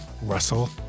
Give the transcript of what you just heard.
Russell